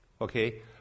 okay